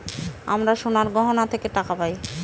আমরা সোনার গহনা থেকে টাকা পায়